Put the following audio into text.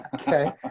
okay